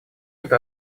эта